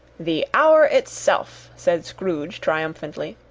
the hour itself, said scrooge, triumphantly,